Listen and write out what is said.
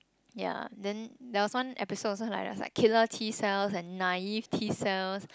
ya then there was one episode then I was like killer T cells and naive T cells